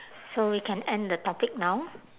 so we can end the topic now